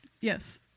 Yes